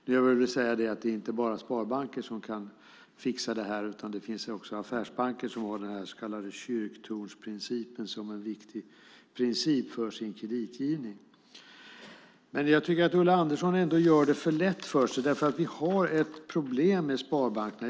Nu vill jag säga att det inte bara är sparbanker som kan fixa detta, utan det finns också affärsbanker som har den så kallade kyrktornsprincipen som en viktig princip för sin kreditgivning. Jag tycker att Ulla Andersson ändå gör det för lätt för sig därför att vi har ett problem med sparbankerna.